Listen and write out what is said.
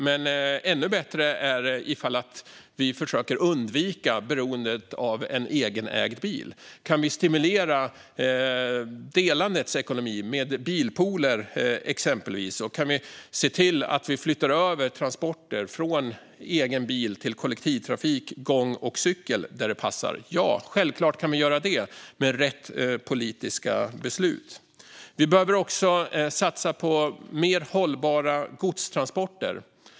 Men ännu bättre är att vi försöker undvika beroendet av en egenägd bil. Kan vi stimulera delandets ekonomi med exempelvis bilpooler och se till att vi flyttar över transporter från egen bil till kollektivtrafik, gång och cykel där det passar? Ja, självklart kan vi göra det med rätt politiska beslut. Vi behöver också satsa på mer hållbara godstransporter.